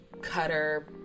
cutter